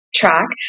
track